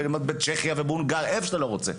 בצ'כיה ובהונגריה - איפה שאתה לא רוצה.